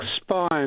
spine